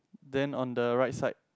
then on the right side